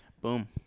boom